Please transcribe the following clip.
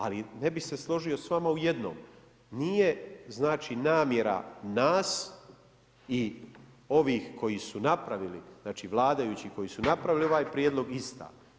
Ali ne bih se složio s vama u jednom, nije namjera nas i ovih koji su napravili znači vladajući koji su napravili ovaj prijedlog ista.